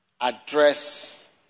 address